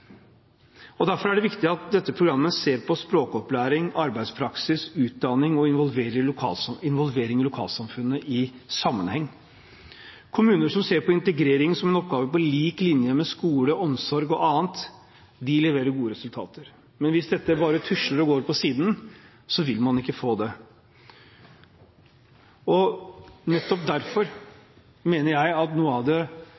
utdanning. Derfor er det viktig at man i dette programmet ser språkopplæring, arbeidspraksis, utdanning og involvering i lokalsamfunnet i sammenheng. Kommuner som ser på integrering som en oppgave på lik linje med skole, omsorg og annet, leverer gode resultater. Men hvis dette bare tusler og går på siden, vil man ikke få det. Nettopp derfor mener jeg at noe av det